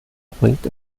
erbringt